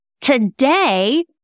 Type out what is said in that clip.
today